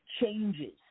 changes